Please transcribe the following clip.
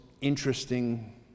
interesting